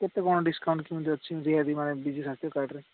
କେତେ କ'ଣ ଡିସ୍କାଉଣ୍ଟ୍ କେମିତି ଅଛି ରିହାତି ବିଜୁ ସ୍ୱାସ୍ଥ୍ୟ କାର୍ଡ଼ରେ